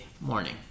morning